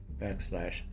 backslash